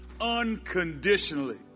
unconditionally